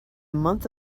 month